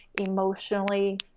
emotionally